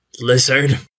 lizard